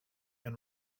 and